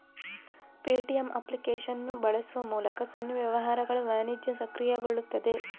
Paytm application ಬಳಸುವ ಮೂಲಕ ಸಣ್ಣ ವ್ಯವಹಾರಗಳ ವಾಣಿಜ್ಯ ಸಕ್ರಿಯಗೊಳ್ಳುತ್ತದೆ